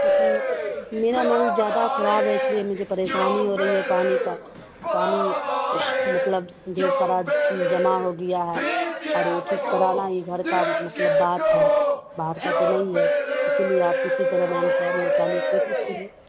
کیونکہ میرا نل زیادہ خراب ہے اس لیے مجھے پریشانی ہو رہی ہے پانی کا پانی مطلب ڈھیر سارا جمع ہو گیا ہے اور وہ ٹھیک کرانا ہی گھر کا مطلب بات ہے باہر کا تو نہیں ہے اسی لیے آپ کسی طرح میم ٹیم نکالیے کوشش کیجیے